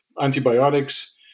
antibiotics